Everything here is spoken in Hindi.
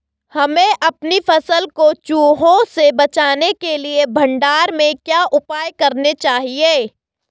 हमें अपनी फसल को चूहों से बचाने के लिए भंडारण में क्या उपाय करने चाहिए?